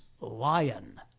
Lion